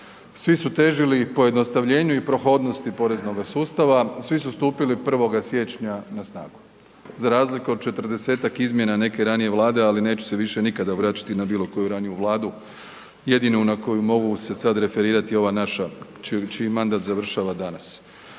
Svi su težili pojednostavljenju i prohodnosti poreznoga sustava, svi su stupili 1. siječnja na snagu. Za razliku od 40-tak izmjena neke ranije Vlade, ali neću se više nikada vraćati na bilo koju raniju Vladu. Jedino na koju mogu se sad referirati je ova naša čiji mandat završava danas.